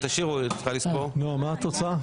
מה התוצאה?